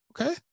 Okay